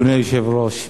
אדוני היושב-ראש,